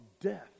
death